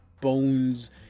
bones